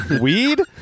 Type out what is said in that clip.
weed